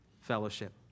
fellowship